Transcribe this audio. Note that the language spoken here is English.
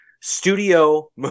studio